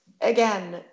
again